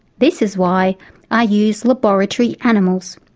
this is why i use laboratory animals,